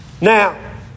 Now